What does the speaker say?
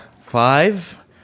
five